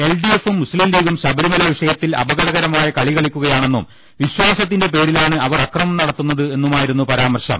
L D എഫും മുസ്തീം ലീഗും ശബരിമല് വിഷയത്തിൽ അപകടകര മായ കളി കളിക്കുകയാണെന്നും വിശ്വാസത്തിന്റെ പേരിലാണ് അവർ അക്രമം നടത്തുന്നതെന്നുമായിരുന്നു പരാമർശം